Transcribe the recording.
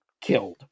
killed